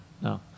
No